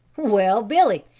well, billy,